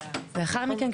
לאחר מכן,